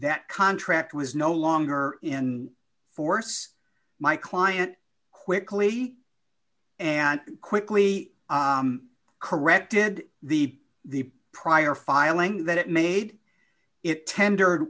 that contract was no longer in force my client quickly and quickly corrected the prior filing that made it tender